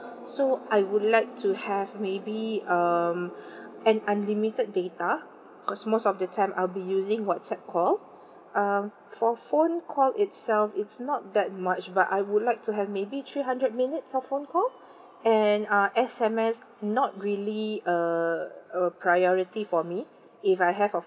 so I would like to have maybe um an unlimited data cause most of the time I'll be using whatsapp call um for phone call itself it's not that much but I would like to have maybe three hundred minutes of phone call and uh S_M_S not really a a priority for me if I have